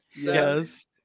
Yes